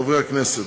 חברי הכנסת,